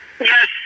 Yes